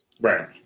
Right